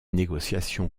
négociations